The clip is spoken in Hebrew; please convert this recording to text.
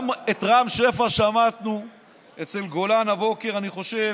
גם את רם שפע שמענו אצל גולן הבוקר, אני חושב.